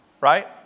Right